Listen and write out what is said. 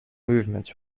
movements